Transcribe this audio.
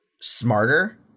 smarter